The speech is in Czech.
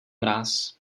mráz